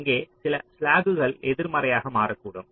அங்கே சில ஸ்லாக்குகள் எதிர்மறையாக மாறக்கூடும்